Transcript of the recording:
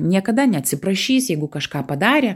niekada neatsiprašys jeigu kažką padarė